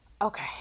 Okay